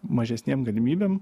mažesnėm galimybėm